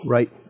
Right